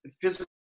physical